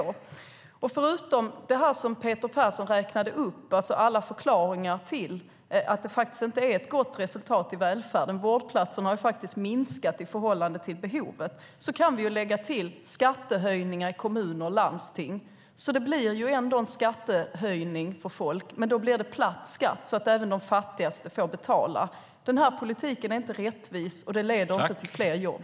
Till alla förklaringar som Peter Persson räknade upp till att det faktiskt inte är ett gott resultat i välfärden - vårdplatserna har ju minskat i förhållande till behovet - kan vi lägga skattehöjningar i kommuner och landsting. Det blir alltså ändå en skattehöjning för folk, men då blir det en platt skatt så att även de fattigaste får betala. Den här politiken är inte rättvis, och den leder inte till fler jobb.